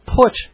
put